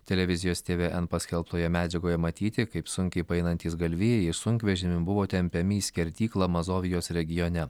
televizijos tvn paskelbtoje medžiagoje matyti kaip sunkiai paeinantys galvijai sunkvežimiu buvo tempiami į skerdyklą mazovijos regione